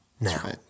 Now